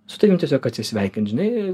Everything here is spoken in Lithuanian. su tavim tiesiog atsisveikint žinai